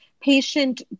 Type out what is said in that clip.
patient